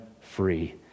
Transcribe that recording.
free